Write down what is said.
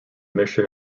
mission